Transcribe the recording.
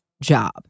job